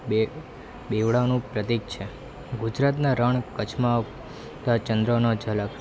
બે બેવડાનું પ્રતિક છે ગુજરાતનાં રણ કચ્છમાં તા ચંદ્રોનો ઝલક